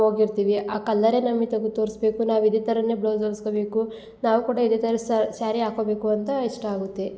ಹೋಗಿರ್ತೀವಿ ಆ ಕಲ್ಲರೇ ನಮಗೆ ತಗ್ದು ತೋರ್ಸ್ಬೇಕು ನಾವು ಇದೆ ಥರನೆ ಬ್ಲೌಸ್ ಹೊಲ್ಸ್ಕಬೇಕು ನಾವು ಕೂಡ ಇದೆ ಥರ ಸ್ಯಾರಿ ಹಾಕೊಬೇಕು ಅಂತ ಇಷ್ಟ ಆಗುತ್ತೆ